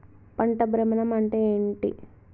పంట భ్రమణం అంటే ఏంటి?